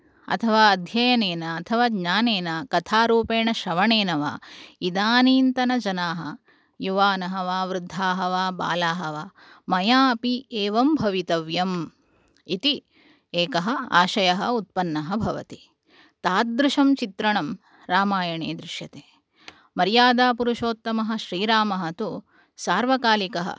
अथवा अध्ययनेन अथवा ज्ञानेन कथारूपेण श्रवणेन वा इदानीन्तनजनाः युवानः वा वृद्धाः वा बालाः वा मया अपि एवं भवितव्यम् इति एकः आशयः उत्पन्नः भवति तादृशं चित्रणं रामायणे दृश्यते मर्यादापुरुषोत्तमः श्रीरामः तु सार्वकालिकः